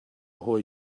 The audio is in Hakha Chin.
hawi